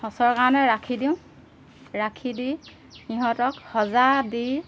সঁচৰ কাৰণে ৰাখি দিওঁ ৰাখি দি সিহঁতক সজা দি